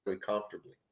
comfortably